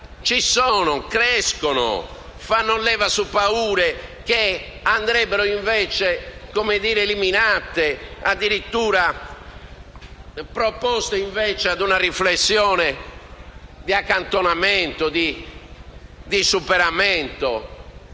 ci sono, crescono e fanno leva su paure che andrebbero invece eliminate, addirittura proposte per una riflessione di accantonamento e di superamento,